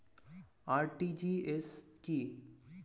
RTGS কি?